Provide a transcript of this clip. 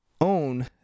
own